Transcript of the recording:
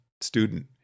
Student